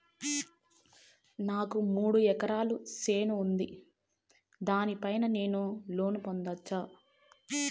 నాకు మూడు ఎకరాలు చేను ఉంది, దాని పైన నేను లోను పొందొచ్చా?